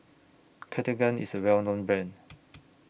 Cartigain IS A Well known Brand